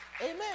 Amen